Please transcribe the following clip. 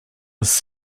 his